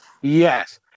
Yes